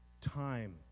time